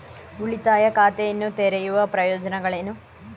ಉಳಿತಾಯ ಖಾತೆಯನ್ನು ತೆರೆಯುವ ಪ್ರಯೋಜನಗಳೇನು?